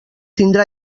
tindrà